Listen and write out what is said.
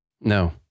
No